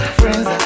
friends